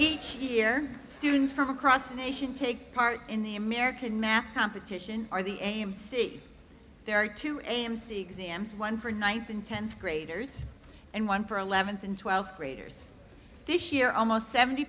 each year students from across the nation take part in the american math competition or the am see there are two am see examples one for ninth and tenth graders and one for eleventh and twelfth graders this year almost seventy